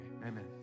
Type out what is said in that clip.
amen